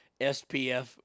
SPF